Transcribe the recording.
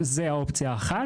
זו אופציה אחת.